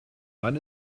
wann